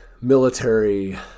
military